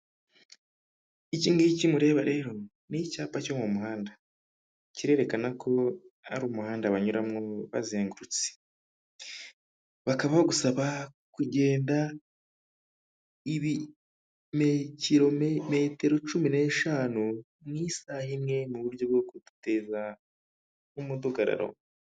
Iki ngiki mureba rero, ni icyapa cyo mu muhanda, kirerekana ko ari umuhanda banyuramo bazengurutse, bakaba bagusaba kugenda metero cumi n'eshanu mu isaha imwe mu buryo bwo kudateza umudugararo.